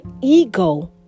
ego